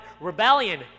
rebellion